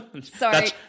Sorry